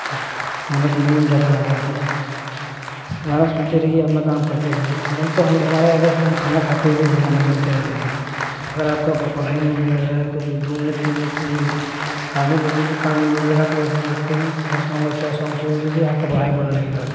गाना सुनने में ज़्यादा मज़ा आता है गाना सुनते रहिए अपना काम करते रहिए हम तो हमारे आदत हम खाना खाते हुए भी गाना सुनते रहते हैं अगर आपका पढ़ाई मन नहीं कर रहा है तो दो मिनट तीन मिनट के लिए कान में लीड लगा कर कोई सेड सॉंग ऐसा सॉंग सुन लीजिए आपका पढ़ाई में मन लगने लगेगा